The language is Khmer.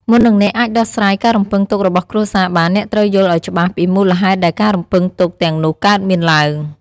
មុននឹងអ្នកអាចដោះស្រាយការរំពឹងទុករបស់គ្រួសារបាន អ្នកត្រូវយល់ឱ្យច្បាស់ពីមូលហេតុដែលការរំពឹងទុកទាំងនោះកើតមានឡើង។